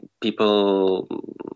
people